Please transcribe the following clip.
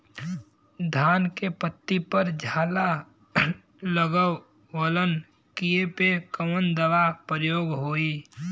धान के पत्ती पर झाला लगववलन कियेपे कवन दवा प्रयोग होई?